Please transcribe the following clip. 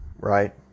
right